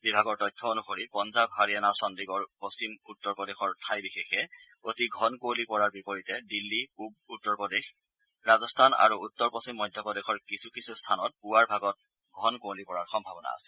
বিভাগৰ তথ্য অনুসৰি পঞ্জাৱ হাৰিয়ানা চণ্ডীগড় পশ্চিম উত্তৰ প্ৰদেশৰ ঠাই বিশেষে অতি ঘন কুঁৱলি পৰাৰ বিপৰীতে দিল্লী পূব উত্তৰ প্ৰদেশ ৰাজস্থান আৰু উত্তৰ পশ্চিম মধ্য প্ৰদেশৰ কিছু কিছু স্থানত পুৱাৰ ভাগত ঘন কুঁৱলি পৰাৰ সম্ভাৱনা আছে